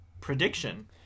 prediction